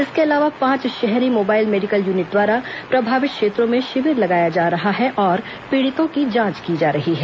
इसके अलावा पांच शहरी मोबाइल मेडिकल यूनिट द्वारा प्रभावित क्षेत्रों में शिविर लगाया जा रहा है और पीड़ितों की जांच की जा रही है